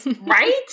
right